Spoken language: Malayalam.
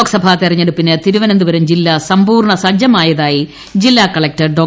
ലോക്സഭാ തെരഞ്ഞെടുപ്പിന് തിരുവനന്തപുരം ജില്ല സമ്പൂർണ സജ്ജമായതായി ജില്ലാ കളക്ടർ ഡോ